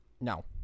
No